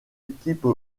équipes